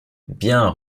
bien